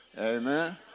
Amen